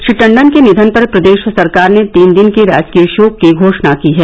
श्री टंडन के निधन पर प्रदेश सरकार ने तीन दिन के राजकीय शोक की घोषणा की है